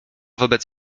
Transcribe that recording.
wobec